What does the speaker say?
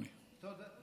תודה, אדוני.